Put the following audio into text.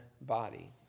body